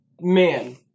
man